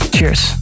Cheers